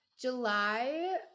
July